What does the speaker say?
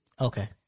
Okay